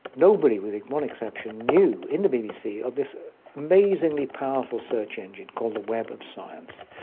nobody, with one exception, knew in the bbc of this amazingly powerful search engine called the web of science,